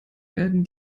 werden